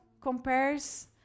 compares